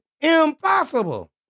impossible